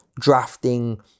drafting